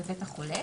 בבית החולה,